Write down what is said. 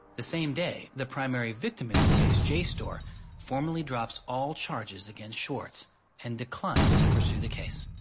the same day, the primary victim in the case jstor formally drops all charges against swartz and declines to pursue the case.